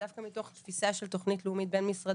דווקא מתוך תפיסה של תוכנית לאומית בין-משרדית,